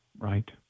Right